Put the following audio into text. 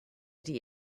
die